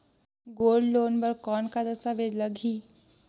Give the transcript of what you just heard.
Gold loan बर कौन का दस्तावेज लगही?